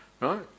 right